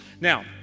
Now